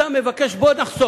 אתה מבקש לחסוך